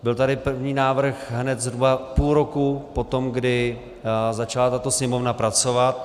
Byl tady první návrh hned zhruba půl roku po tom, kdy začala tato Sněmovna pracovat.